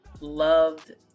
loved